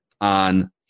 on